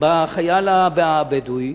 בחייל הבדואי,